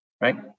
right